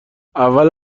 اول